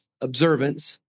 observance